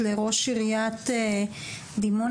שיותר באזור ה-30 אלף,